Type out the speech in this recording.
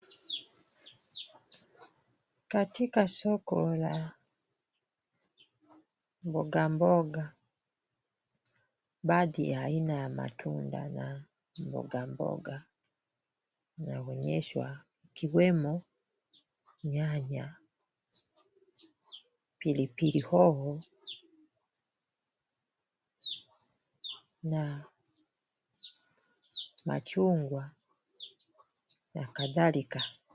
Katika soko la mboga mboga, baadhi ya aina ya matunda na mboga mboga, yana onyeshwa kiwemo nyanya, pilipili hoho, na machungwa na kadhalika,